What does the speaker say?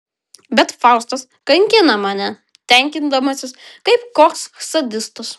bet faustas kankina mane tenkindamasis kaip koks sadistas